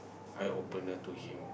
eye opener to him